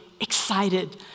excited